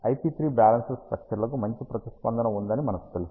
IP3 balanced స్త్రక్చర్లకు మంచి ప్రతిస్పందన ఉందని మనకు తెలుసు